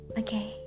okay